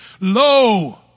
Lo